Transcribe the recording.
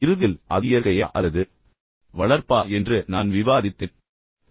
இறுதியில் அது இயற்கையா அல்லது வளர்ப்பா என்ற விவாதம் குறித்து நான் விவாதித்தேன்